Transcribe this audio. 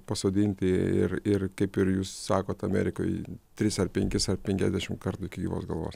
pasodinti ir ir kaip ir jūs sakot amerikoj tris ar penkis ar penkiasdešim kartų iki gyvos galvos